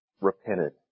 repented